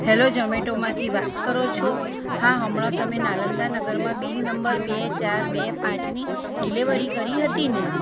hello ઝોમેટોમાંથી વાત કરો છો હા હમણાં તમે નાલંદા નગરમાં બિલ નંબર બે ચાર બે પાંચની ડિલેવરી કરી હતીને